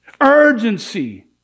urgency